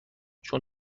چون